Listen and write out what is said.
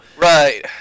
Right